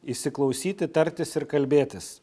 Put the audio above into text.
įsiklausyti tartis ir kalbėtis